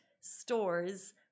stores